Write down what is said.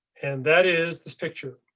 and that is this picture.